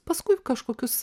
paskui kažkokius